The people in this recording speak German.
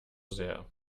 sehr